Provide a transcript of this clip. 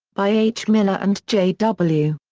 by h. miller and j. w.